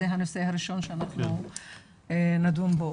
זה הנושא הראשון שנדון בו.